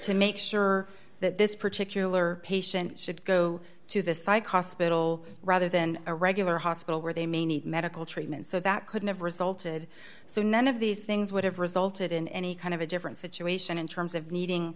to make sure that this particular patient should go to the psych hospital rather than a regular hospital where they may need medical treatment so that could have resulted so none of these things would have resulted in any kind of a different situation in terms of needing